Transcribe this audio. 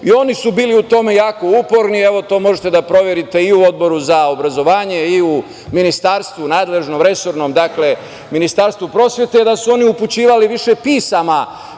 Oni su bili u tome jako uporni, evo, to možete da proverite i u Odboru za obrazovanje i u ministarstvu nadležnom resornom, dakle Ministarstvu prosvete, da su oni upućivali više pisama